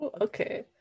Okay